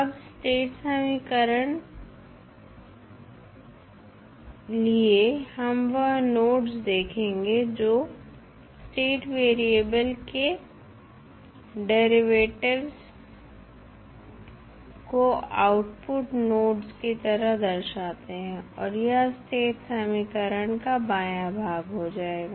अब स्टेट समीकरण लिए हम वह नोड्स देखेंगे जो स्टेट वेरिएबल्स के डेरिवेटिव्स को आउटपुट नोड्स की तरह दर्शाते हैं और यह स्टेट समीकरण का बायां भाग हो जाएगा